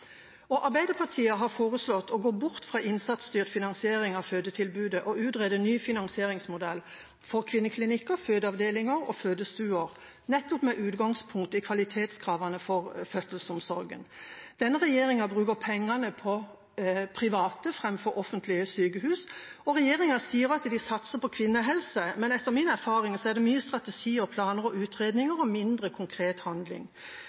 Arbeiderpartiet har foreslått å gå bort fra innsatsstyrt finansiering av fødetilbudet og utrede en ny finansieringsmodell for kvinneklinikker, fødeavdelinger og fødestuer, nettopp med utgangspunkt i kvalitetskravene for fødselsomsorgen. Denne regjeringa bruker pengene på private framfor offentlige sykehus. Regjeringa sier at de satser på kvinnehelse, men etter min erfaring er det mye strategier, planer og utredninger og mindre konkret handling.